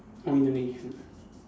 or Indonesia